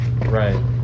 right